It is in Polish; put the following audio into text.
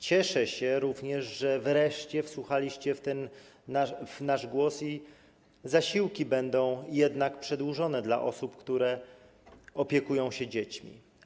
Cieszę się również, że wreszcie wsłuchaliście w nasz głos i zasiłki będą jednak przedłużone dla osób, które opiekują się dziećmi.